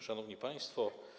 Szanowni Państwo!